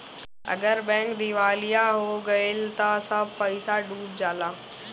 अगर बैंक दिवालिया हो गइल त सब पईसा डूब जाला